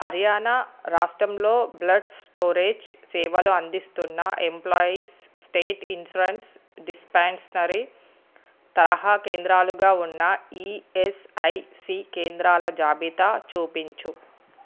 హర్యాణా రాష్ట్రంలో blood storage సేవలు అందిస్తున్న ఎంప్లాయీస్ స్టేట్ ఇన్సూరెన్స్ డిస్పాన్సేనరీ తరహా కేంద్రాలుగా ఉన్న ఈఎస్ఐసి కేంద్రాల జాబితా చూపించు